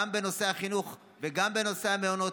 גם בנושא החינוך וגם בנושא המעונות,